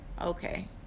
okay